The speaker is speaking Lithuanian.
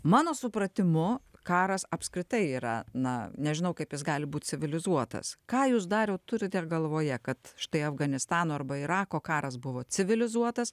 mano supratimu karas apskritai yra na nežinau kaip jis gali būt civilizuotas ką jūs dariau turite galvoje kad štai afganistano arba irako karas buvo civilizuotas